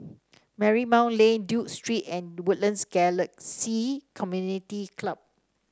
Marymount Lane Duke Street and Woodlands Galaxy Community Club